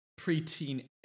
preteen